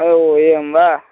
अ ओ एवं वा